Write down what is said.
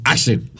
Action